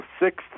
sixth